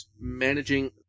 managing